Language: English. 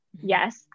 yes